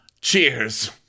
Cheers